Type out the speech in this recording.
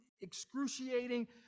excruciating